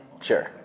Sure